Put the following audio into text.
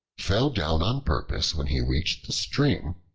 fell down on purpose when he reached the stream,